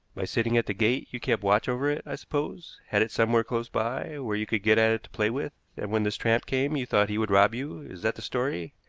by sitting at the gate you kept watch over it, i suppose? had it somewhere close by, where you could get at it to play with and when this tramp came you thought he would rob you. is that the story?